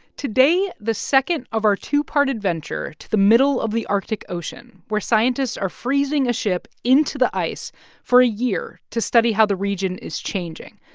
today, the second of our two-part adventure to the middle of the arctic ocean, where scientists are freezing a ship into the ice for a year to study how the region is changing.